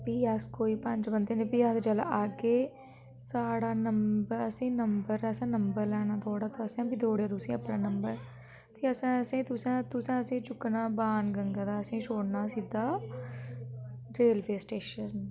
फ्ही अस कोई पंज बंदे न फ्ही अस जेल्लै आह्गे साढ़ा नंबर असेंई नंबर असें नंबर लैना थोह्ड़ा ते असें बी देउड़ेआ तुसें अपना नंबर फ्ही असें असेंई तुसें तुसें असेंई चुक्कना बाणगंगा दा असेंई छोड़ना सिद्धा रेलवे स्टेशन